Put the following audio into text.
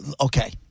okay